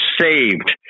saved